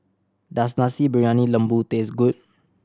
does Nasi Briyani Lembu taste good